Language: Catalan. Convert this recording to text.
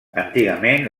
antigament